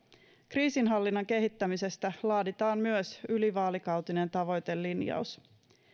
kriisinhallinnan kehittämisestä laaditaan myös ylivaalikautinen tavoitelinjaus